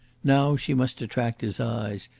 now she must attract his eyes,